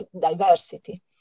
diversity